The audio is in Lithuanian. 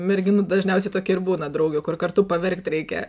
merginų dažniausiai tokia ir būna draugė kur kartu paverkt reikia